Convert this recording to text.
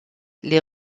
les